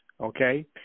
okay